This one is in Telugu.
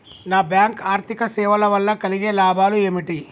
నాన్ బ్యాంక్ ఆర్థిక సేవల వల్ల కలిగే లాభాలు ఏమిటి?